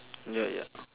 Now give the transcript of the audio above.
ya ya